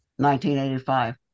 1985